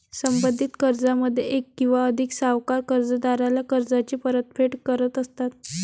संबंधित कर्जामध्ये एक किंवा अधिक सावकार कर्जदाराला कर्जाची परतफेड करत असतात